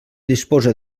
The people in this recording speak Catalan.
disposa